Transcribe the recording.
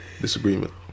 disagreement